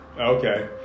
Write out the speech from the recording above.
okay